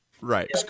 right